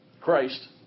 Christ